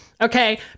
okay